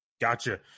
Gotcha